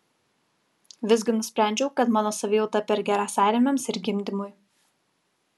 visgi nusprendžiau kad mano savijauta per gera sąrėmiams ir gimdymui